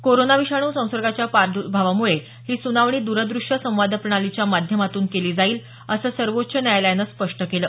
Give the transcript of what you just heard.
corona विषाणू संसर्गाच्या प्रादर्भावामुळे ही सुनावणी द्र दृष्य संवाद प्रणालीच्या माध्यमातून केली जाईल असं सर्वोच्च न्यायालयानं स्पष्ट केलं